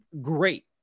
great